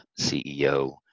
CEO